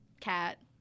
cat